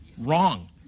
Wrong